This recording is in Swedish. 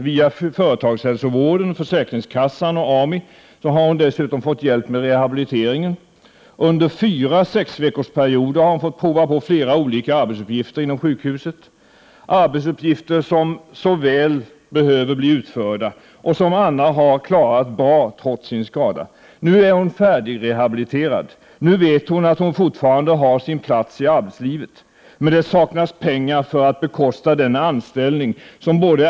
Via företagshälsovården, försäkringskassan och AMI har hon dessutom fått hjälp med rehabiliteringen. Under fyra sex-veckorsperioder har hon fått prova på flera olika arbetsuppgifter inom sjukhuset, arbetsuppgifter som så väl behöver bli utförda och som Anna har klarat bra trots sin skada. Nu är hon färdigrehabiliterad. Nu vet hon att hon fortfarande har sin plats i arbetslivet. Men det saknas pengar för att bekosta den anställning som både Prot.